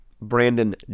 Brandon